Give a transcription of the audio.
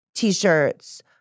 t-shirts